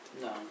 No